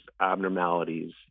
abnormalities